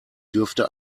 dürfte